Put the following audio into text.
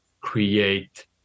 create